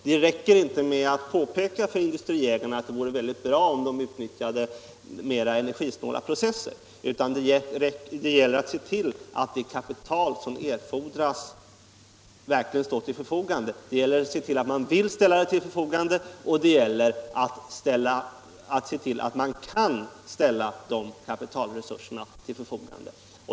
Det räcker inte med att påpeka för industriägarna att det vore bra om de använde mera energisnåla processer, utan det gäller att se till att man vill och kan ställa till förfogande det kapital som erfordras.